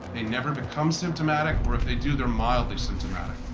they never become symptomatic, or if they do, they're mildly symptomatic.